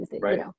Right